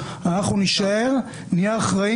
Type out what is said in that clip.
לא תיתנו מתנה טובה יותר לימין מהחוק